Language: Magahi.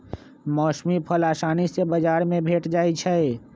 मौसमी फल असानी से बजार में भेंट जाइ छइ